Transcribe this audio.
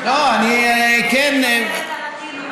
את הלדינו,